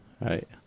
Right